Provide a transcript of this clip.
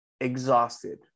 exhausted